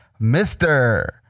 Mr